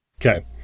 okay